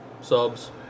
Subs